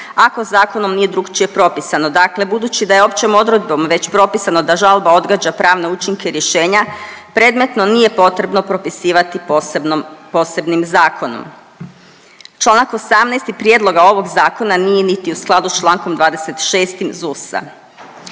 ako zakonom nije drukčije propisano. Dakle, budući da je općom odredbom već propisano da žalba odgađa pravne učinke rješenja predmetno nije potrebno propisivati posebnom, posebnim zakonom. Članak 18. prijedloga ovog zakona nije niti u skladu s Člankom 26. ZUS-a.